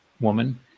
woman